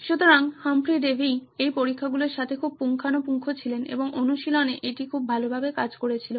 সুতরাং Humphry Davy এই পরীক্ষাগুলির সাথে খুব পুঙ্খানুপুঙ্খ ছিলেন এবং অনুশীলনে এটি খুব ভালভাবে কাজ করেছিল